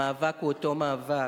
המאבק הוא אותו מאבק.